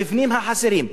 המבנים החסרים,